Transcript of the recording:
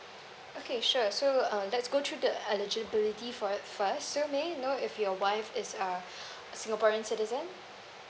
okay sure so uh let's go through the eligibility for it first so may I know if your wife is a singaporeans citizen